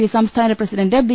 P സംസ്ഥാന president B